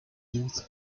youth